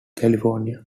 california